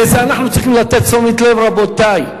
לזה אנחנו צריכים לתת תשומת לב, רבותי.